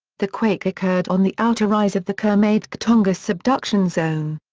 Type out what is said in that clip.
the quake occurred on the outer rise of the kermadec-tonga subduction zone.